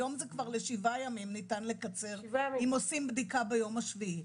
היום זה כבר לשבעה ימים ניתן לקצר אם עושים בדיקה ביום השביעי.